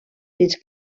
fins